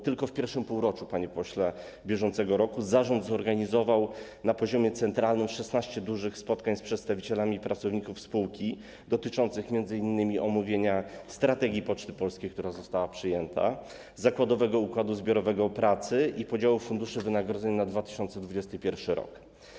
Tylko w I półroczu b.r., panie pośle, zarząd zorganizował na poziomie centralnym 16 dużych spotkań z przedstawicielami pracowników spółki, dotyczących m.in. omówienia strategii Poczty Polskiej, która została przyjęta, zakładowego układu zbiorowego pracy i podziału w funduszu wynagrodzeń na 2021 r.